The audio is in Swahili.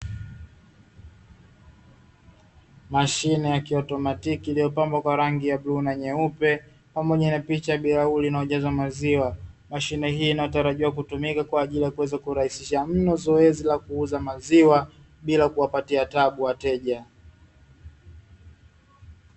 Mashine ya kiautomatiki iliyopambwa kwa rangi ya bluu na nyeupe, pamoja na picha ya bilauli inayojaza maziwa. Mashine hii inatarajiwa kutumika kwa ajili ya kuweza kurahisisha mno, zoezi la kuuza maziwa bila kuwapatia tabu wateja.